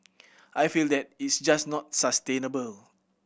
I feel that it's just not sustainable